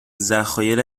ذخایر